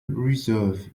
reserve